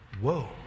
Whoa